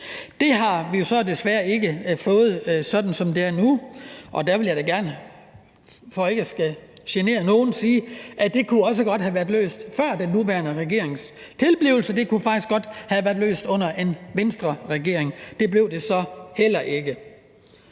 det har vi jo så desværre ikke fået, sådan som det er nu, og der vil jeg da gerne for ikke at skulle genere nogen sige, at det også godt kunne have været løst før den nuværende regerings tilblivelse; det kunne faktisk godt have været løst under en Venstreregering. Det blev det så heller ikke.